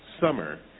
summer